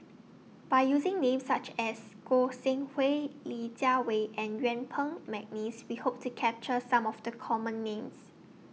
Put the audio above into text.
By using Names such as Goi Seng Hui Li Jiawei and Yuen Peng Mcneice We Hope to capture Some of The Common Names